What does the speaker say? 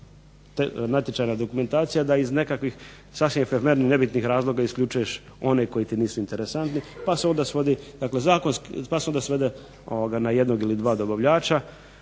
natječajna dokumentacija da iz nekakvih sasvim nebitnih razloga isključuješ one koji ti nisu interesantni, pa se onda svodi zakonski, pa se svede